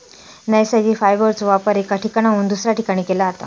नैसर्गिक फायबरचो वापर एका ठिकाणाहून दुसऱ्या ठिकाणी केला जाता